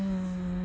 hmm